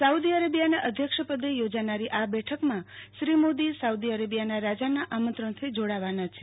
Saudi અરેબિયાના અધ્યક્ષપદે યોજાનારી આ બેઠકમાં શ્રી મોદી સાઉદી અરેબિયાના રાજાના આમંત્રણથી જોડાવાના છે